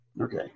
Okay